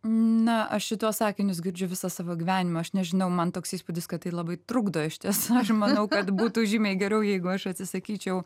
na aš šituos sakinius girdžiu visą savo gyvenimą aš nežinau man toks įspūdis kad tai labai trukdo išties aš manau kad būtų žymiai geriau jeigu aš atsisakyčiau